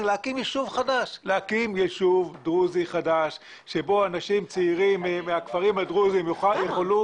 הוא להקים יישוב חדש שבו אנשים צעירים מהכפרים הדרוזיים יוכלו